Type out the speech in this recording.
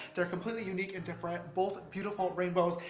they're completely unique and different. both beautiful rainbows,